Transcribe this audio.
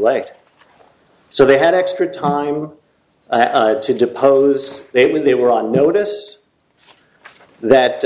late so they had extra time to depose they when they were on notice that